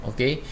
Okay